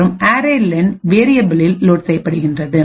மற்றும் அரே லென்array len வேரியபிலில் லோட் செய்யப்படுகின்றது